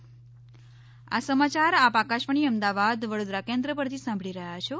corona appeal આ સમાચાર આપ આકાશવાણી અમદાવાદ વડોદરા કેન્દ્ર પરથી સાંભળી રહ્યા છો